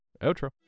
outro